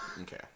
Okay